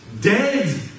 dead